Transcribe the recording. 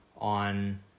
on